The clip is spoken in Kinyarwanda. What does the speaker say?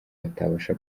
batabasha